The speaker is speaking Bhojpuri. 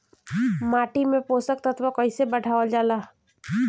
माटी में पोषक तत्व कईसे बढ़ावल जाला ह?